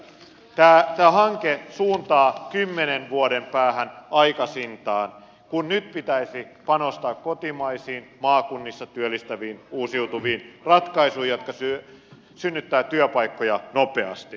tämä hanke suuntaa kymmenen vuoden päähän aikaisintaan kun nyt pitäisi panostaa kotimaisiin maakunnissa työllistäviin uusiutuviin ratkaisuihin jotka synnyttävät työpaikkoja nopeasti